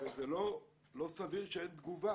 ובכל זאת האיום הזה קיים, זה לא סביר שאין תגובה.